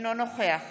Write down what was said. אינו נוכח